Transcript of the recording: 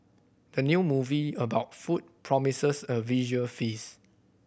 the new movie about food promises a visual feast